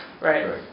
right